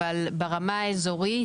אבל ברמה האזורית,